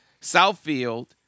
Southfield